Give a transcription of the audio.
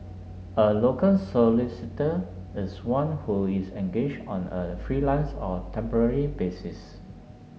a locum solicitor is one who is engaged on a freelance or temporary basis